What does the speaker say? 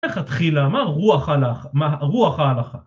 לכתחילה מה רוח הלכ, מה רוח ההלכה